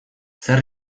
zer